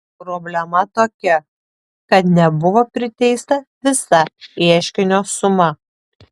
problema tokia kad nebuvo priteista visa ieškinio suma